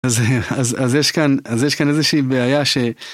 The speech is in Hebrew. אז, אה, אז, אז, אז יש כאן, אז יש כאן איזושהי בעיה ש...